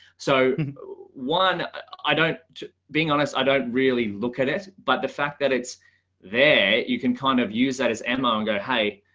so one i don't being honest, i don't really look at it, but the fact that it's there, you can kind of use that as an monga high.